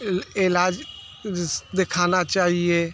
ईलाज़ दिखाना चाहिए